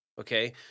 okay